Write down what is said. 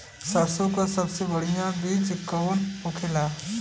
सरसों का सबसे बढ़ियां बीज कवन होखेला?